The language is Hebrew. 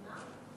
במה?